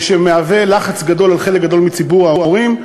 שמהווה לחץ גדול על חלק גדול מציבור ההורים,